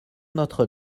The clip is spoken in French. notre